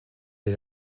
est